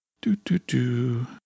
Do-do-do